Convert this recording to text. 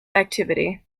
activity